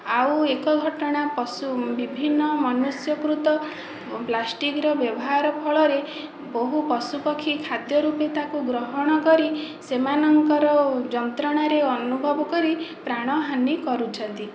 ଆଉ ଏକ ଘଟଣା ପଶୁ ବିଭିନ୍ନ ମନ୍ୟୁଷକୃତ ପ୍ଲାଷ୍ଟିକର ବ୍ୟବହାର ଫଳରେ ବହୁ ପଶୁ ପକ୍ଷୀ ଖାଦ୍ୟ ରୂପେ ତାକୁ ଗ୍ରହଣ କରି ସେମାନଙ୍କର ଯନ୍ତ୍ରଣାରେ ଅନୁଭବ କରି ପ୍ରାଣହାନୀ କରୁଛନ୍ତି